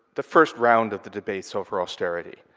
the first round of the debates over austerity,